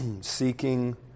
seeking